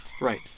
Right